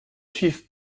suive